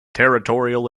territorial